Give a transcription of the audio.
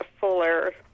fuller